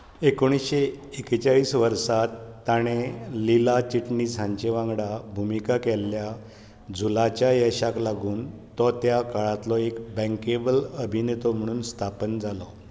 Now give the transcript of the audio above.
एकुणशें एकचाळीस वर्सा ताणें लीला चिटणीस हांचे वांगडा भुमिका केल्ल्या झूलाच्या यशाक लागून तो त्या काळांतलो एक बँकेबल अभिनेतो म्हूण स्थापन जालो